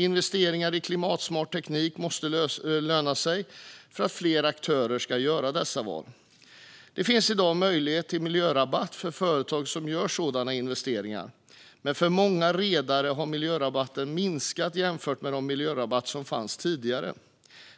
Investeringar i klimatsmart teknik måste löna sig för att fler aktörer ska göra dessa val. Det finns i dag möjlighet till miljörabatt för företag som gör sådana investeringar, men för många redare har miljörabatterna minskat jämfört med de miljörabatter som fanns tidigare.